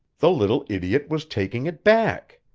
the little idiot was taking it back!